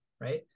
right